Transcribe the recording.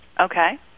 Okay